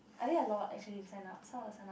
I think a lot actually sign up some of them sign up